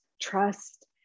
trust